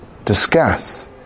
Discuss